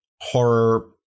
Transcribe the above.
horror